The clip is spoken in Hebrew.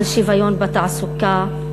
על שוויון בתעסוקה,